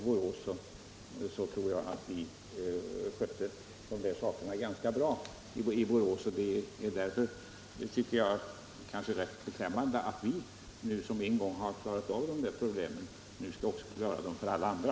Vi har länge skött de här sakerna ganska bra i Borås, och det är därför rätt beklämmande om vi, som en gång har klarat av dessa problem, nu också skall klara av dem för alla andra.